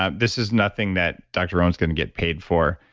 ah this is nothing that dr. rowen is going to get paid for.